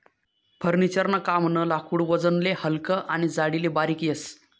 furniture ना कामनं लाकूड वजनले हलकं आनी जाडीले बारीक येस